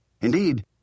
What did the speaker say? Indeed